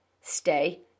stay